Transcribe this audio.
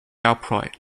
upright